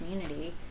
community